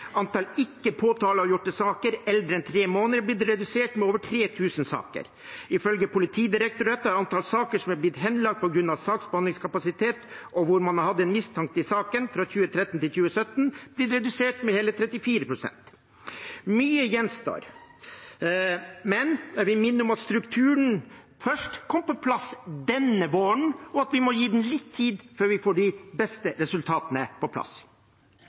Antall ikke påtaleavgjorte saker eldre enn tre måneder har blitt redusert med over 3 000. Ifølge Politidirektoratet har antall saker som har blitt henlagt på grunn av saksbehandlingskapasitet og hvor man har hatt en mistenkt i saken, fra 2013 til 2017 blitt redusert med hele 34 pst. Mye gjenstår, men jeg vil minne om at strukturen først kom på plass denne våren, og at vi må gi den litt tid før vi får de beste resultatene på plass.